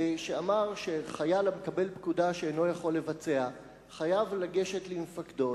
שאמר שחייל המקבל פקודה שאינו יכול לבצע חייב לגשת למפקדו,